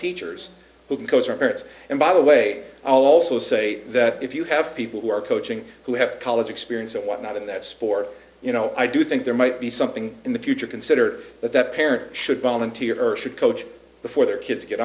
teachers who goes are parents and by the way i'll also say that if you have people who are coaching who have a college experience and whatnot in that sport you know i do think there might be something in the future consider that parents should volunteer for should coach before their kids get